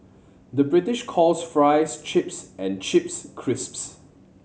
the British calls fries chips and chips crisps